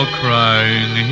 crying